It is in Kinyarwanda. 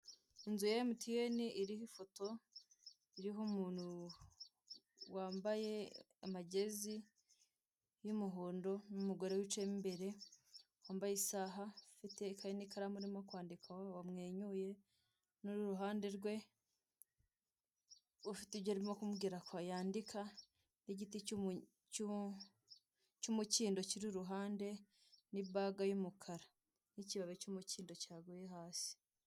Inzu ya emutiyene iriho ifoto iriho umuntu wambaye amajezi y'umuhondo, n'umugore wicaye mo imbere wambaye isaha ufite n'ikaramu aririmo kwandika wamwenyuye, n'umuntu uri iruhande rwe ufite ibyo ari kumumbwira ko yandika, n'igiti cy'umukindo kiri iruhande n'ibaga y'umukara n'ikibabi cy'umukindo cyaguye hasi.